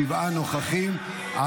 שבעה נוכחים.